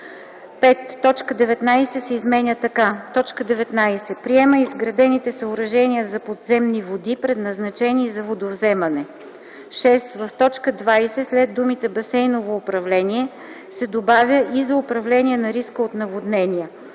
19 се изменя така: „19. приема изградените съоръжения за подземни води, предназначени за водовземане;”. 6. В т. 20 след думите „басейново управление” се добавя „и за управление на риска от наводнения”